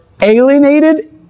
alienated